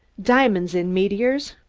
diamonds in meteors!